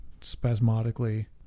spasmodically